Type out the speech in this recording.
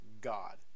God